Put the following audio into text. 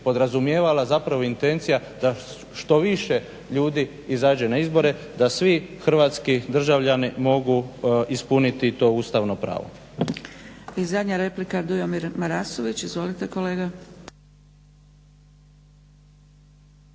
podrazumijevala zapravo intencija da što više ljudi izađe na izbore, da svi hrvatski državljani mogu ispuniti to ustavno pravo.